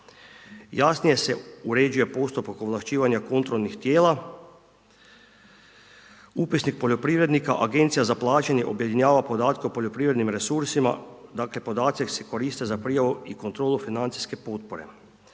Jasnije se uređuje postupak ovlašćivanja kontrolnih tijela, upisnik poljoprivrednika, agencija za plaćanje objedinjava podatke o poljoprivrednim resursima, dakle podaci se koriste za prijavu i kontrolu financijske potpore.